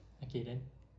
okay then